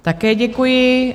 Také děkuji.